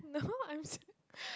no I'm still